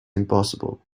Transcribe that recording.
impossible